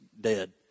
dead